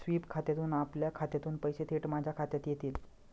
sweep खात्यातून आपल्या खात्यातून पैसे थेट माझ्या खात्यात येतील